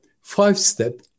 five-step